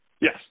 Yes